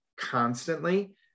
constantly